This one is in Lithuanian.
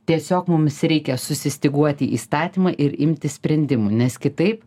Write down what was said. tiesiog mums reikia susistyguoti įstatymą ir imtis sprendimų nes kitaip